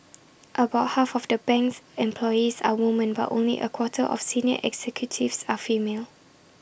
about half of the bank's employees are woman but only A quarter of senior executives are female